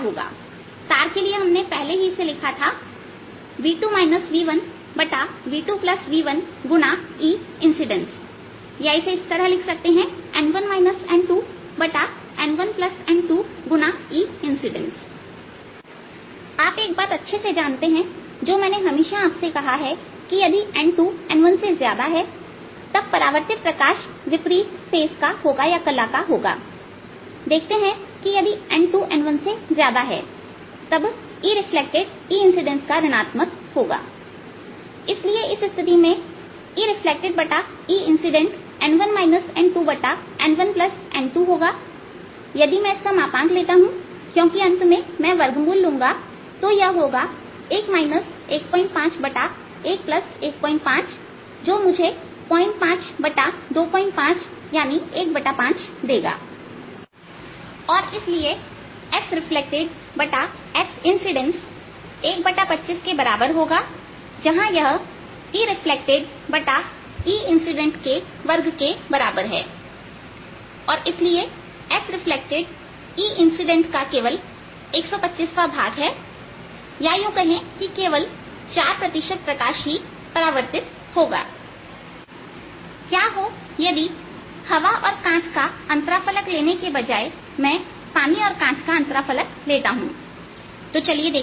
तार के लिए पहले हमने इसे लिखा था Ereflected v2 v1v2v1 Eincident या इसे इस तरह भी लिख सकते हैं Ereflected n1 n2 n1n2Eincident या एक साथ लिखने पर Ereflected v2 v1v2v1 Eincident n1 n2 n1n2Eincident आप एक बात अच्छे से जानते हैं जो मैंने हमेशा आपको कहा कि यदि n2 n1से ज्यादा हैतब परावर्तित प्रकाश विपरीत फेज का होगा देखते हैं कि यदि n2 n1से ज्यादा हैतब Ereflected Eincident का ऋणात्मक होगा इसलिए इस स्थिति में EreflectedEinciden1 n2 n1n2 होगा यदि मैं इसका मापांक लेता हूं क्योंकि अंत में वर्ग लूंगा तो यह होगा EreflectedEincide1 15115जो कि मुझे EreflectedEincide 52515 देगा EreflectedEincidentn1 n2 n1n21 1511515 और इसलिए SreflectedSincident125के बराबर होगा जहां यह EreflectedEincident के वर्ग के बराबर है और इसलिए Sreflected Eincidentका केवल 125 भाग है या केवल 4 प्रतिशत प्रकाश ही परावर्तित होगा क्या हो यदि हवा और कांच का अंतराफलक लेने की बजाय मैं पानी कांच का अंतराफलक लेता हूंतो चलिए देखते हैं